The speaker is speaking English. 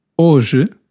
Hoje